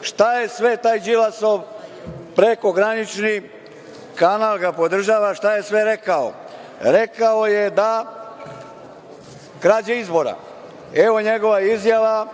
Šta je sve taj Đilasov pregoranični kanal ga podržava, šta je sve rekao? Rekao je da krađa izbora. Evo njegova izjava